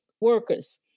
workers